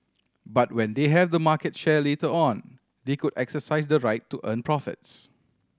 but when they have the market share later on they could exercise the right to earn profits